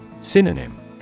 Synonym